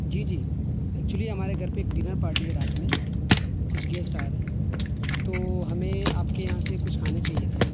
جی جی ایکچولی ہمارے گھر پہ ایک ڈنر پارٹی ہے رات میں کچھ گیسٹ آ رہے ہیں تو ہمیں آپ کے یہاں سے کچھ کھانے چاہیے تھے